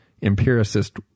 empiricist